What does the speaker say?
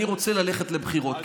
אני רוצה ללכת לבחירות.